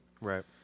Right